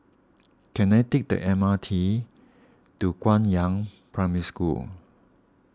can I take the M R T to Guangyang Primary School